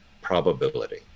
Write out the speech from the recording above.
probability